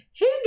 Hey